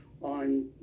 on